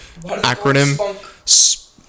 acronym